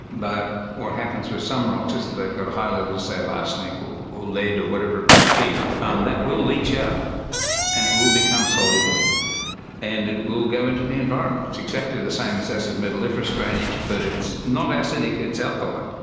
but what happens with some rocks is if they've got a high level, say, of arsenic or lead or whatever it might be, and that will leach out and it will become soluble and it will go into the environment. it's exactly the same as acid metalliferous drainage but it's not acidic it's alkaline.